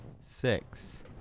six